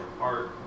art